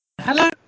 Hello